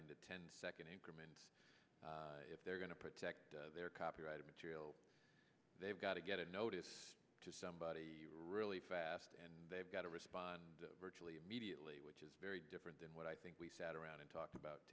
into ten second in command if they're going to protect their copyrighted material they've got to get a notice to somebody really fast and they've got to respond virtually immediately which is very different than what i think we sat around and talked about